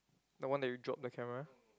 the one that you dropped the camera